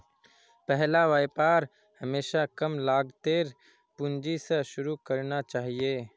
पहला व्यापार हमेशा कम लागतेर पूंजी स शुरू करना चाहिए